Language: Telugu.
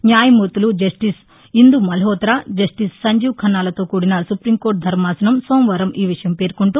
న్యాయమూర్తులు జస్టిస్ ఇందు మల్హోత్ర జస్టిస్ సంజీవ్ ఖన్నాలతో కూడిన సుప్రీం కోర్టు ధర్మాసనం సోమవారం ఈ విషయం పేర్కొంటూ